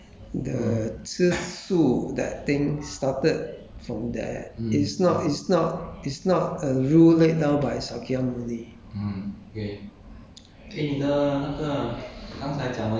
so it started from there lah that the the 吃素 that thing started from there it's not it's not it's not a rule laid down by sakya muni